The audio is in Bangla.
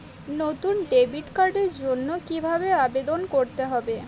নতুন ডেবিট কার্ডের জন্য কীভাবে আবেদন করতে হবে?